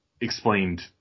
explained